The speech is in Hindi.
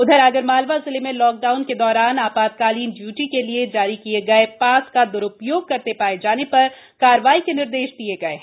उधर आगरमालवा जिले में लॉकडाउन के दौरान आधातकालीन इय्टी के लिए जारी किए गए शास का दुरु योग करते शाये जाने शर कार्यवाही के निर्देश दिए हैं